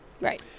right